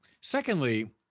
Secondly